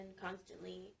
constantly